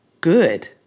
good